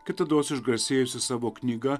kitados išgarsėjusi savo knyga